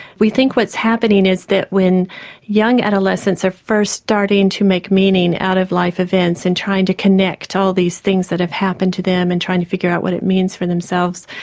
we think what's happening is that when young adolescents are first starting to make meaning out of life events and trying to connect all these things that have happened to them and trying to figure out what it means for themselves,